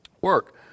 work